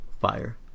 fire